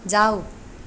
जाऊ